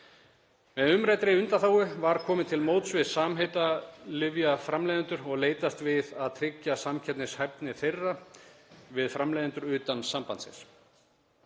Með umræddri undanþágu var komið til móts við samheitalyfjaframleiðendur og leitast við að tryggja samkeppnishæfni þeirra við framleiðendur utan sambandsins.